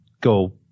go